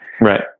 Right